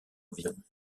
environs